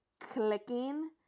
clicking